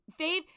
Fave